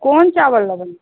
कोन चाबल लेबै